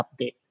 update